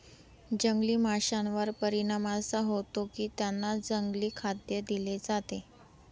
जंगली माशांवर परिणाम असा होतो की त्यांना जंगली खाद्य दिले जाते